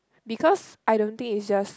because I don't think it just